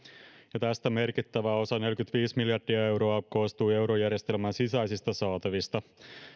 tästä merkittävä osa neljäkymmentäviisi miljardia euroa koostui eurojärjestelmän sisäisistä saatavista